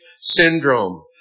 syndrome